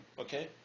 okay